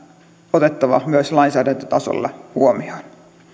otettava myös lainsäädäntötasolla huomioon